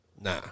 Nah